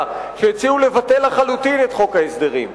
הציעו לבטל לחלוטין את חוק ההסדרים.